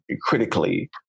critically